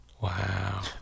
Wow